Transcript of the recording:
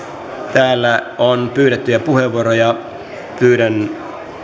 täällä on pyydettyjä puheenvuoroja pyydän